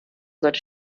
sollte